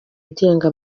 agenga